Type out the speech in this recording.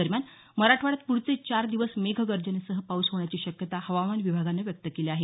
दरम्यान मराठवाड्यात पुढचे चार दिवस मेघगर्जनेसह पाऊस होण्याची शक्यता हवामान विभागानं व्यक्त केली आहे